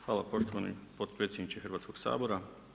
Hvala poštovani potpredsjedniče Hrvatskog sabora.